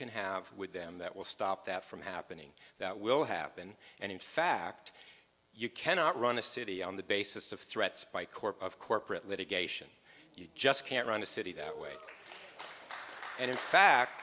can have with them that will stop that from happening that will happen and in fact you cannot run a city on the basis of threats by court of corporate litigation you just can't run a city that way and in fact